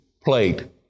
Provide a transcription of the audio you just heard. plate